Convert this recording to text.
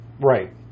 right